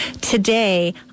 Today